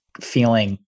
feeling